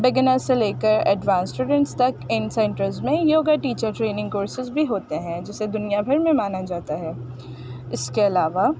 beginners سے لے کر ایڈوانس اسٹوڈینٹس تک ان سینٹرز میں یوگا ٹیچر ٹریننگ کورسز بھی ہوتے ہیں جسے دنیا بھر میں مانا جاتا ہے اس کے علاوہ